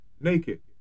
naked